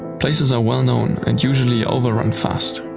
places are well-known and usually overrun fast.